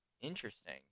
Interesting